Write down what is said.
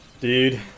Dude